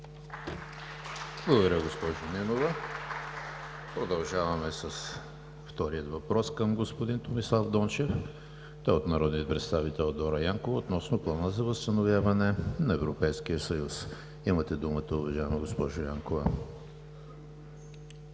Благодаря, госпожо Нинова. Продължаваме с втория въпрос към господин Томислав Дончев. Той е от народния представител Дора Янкова относно плана за възстановяване на Европейския съюз. Имате думата, уважаема госпожо Янкова.